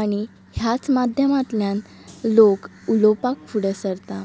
आनी ह्याच माध्यमांतल्यान लोक उलोवपाक फुडें सरतात